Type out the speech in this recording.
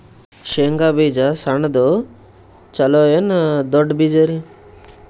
ಶೇಂಗಾ ಬೀಜ ಸಣ್ಣದು ಚಲೋ ಏನ್ ದೊಡ್ಡ ಬೀಜರಿ?